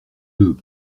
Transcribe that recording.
deux